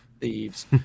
thieves